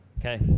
Okay